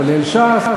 כולל ש"ס,